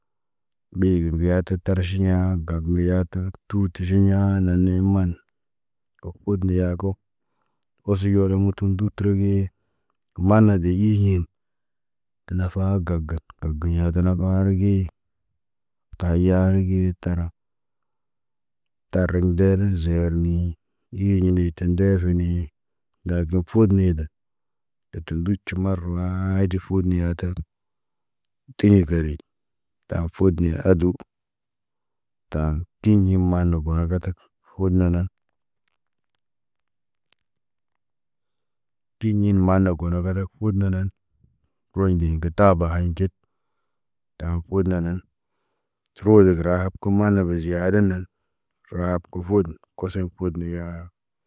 Ɓe gə ŋgiya tə tarʃiɲa gagə mbiyatə, tut jeɲa nane maan. O odne yaako, oseɲolo mutəru ndut ru ge. Maana de ij yin. Tə fa ga gad, ŋgal giya tə nafa arə ge. Kayar ge tara. Tar nder zarni, iyini, tə nder ni. Lakin foot ni da. Də kə nducu marawaayit foot ni yata. Tiɲi garit, tama foot ni adu. Taan tiɲi maan go na gatak foot na nan? Piɲi maan na got na gatak, foot na nan? Pəro ndeŋg ge taba haɲi cet, taŋg od na nan? Tərə gərahab, kə mana be ziya hada nan? Fəraap kə fərod, kosiɲ kod na yaa.